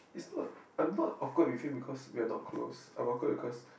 is not I'm not awkward with him because we're not close I'm awkward because